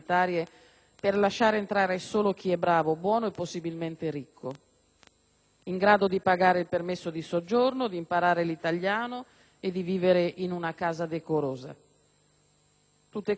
in grado di pagare il permesso di soggiorno, di imparare l'italiano e di vivere in una casa decorosa. Tutte condizioni che mancano in moltissimi casi italianissimi